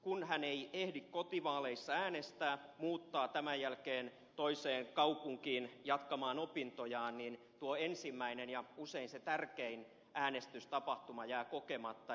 kun hän ei ehdi kotivaaleissa äänestää muuttaa tämän jälkeen toiseen kaupunkiin jatkamaan opintojaan niin tuo ensimmäinen ja usein se tärkein äänestystapahtuma jää kokematta